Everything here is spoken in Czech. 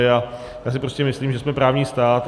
A já si prostě myslím, že jsme právní stát.